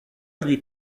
lui